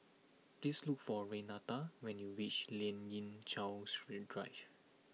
please look for Renata when you reach Lien Ying Chow strain Drive